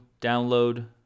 download